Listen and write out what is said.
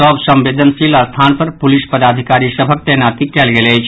सभ संवेदनशील स्थान पर पुसिल पदाधिकारी सभक तैनाती कयल गेल अछि